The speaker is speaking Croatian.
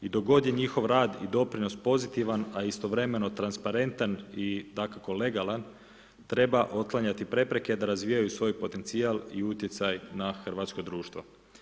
I dok god je njihov rad i doprinos pozitivan istovremeno transparentan i legalan, treba otklanjati prepreke da razvijaju svoj potencijal i utjecaj na hrvatsko društvo.